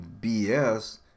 BS